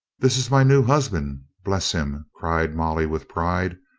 this is my new husband, bless him! cried mol ly with pride.